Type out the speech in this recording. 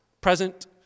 present